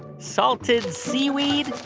salted seaweed,